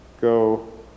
go